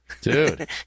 dude